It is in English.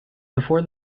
before